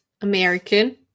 American